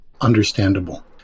understandable